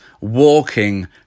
walking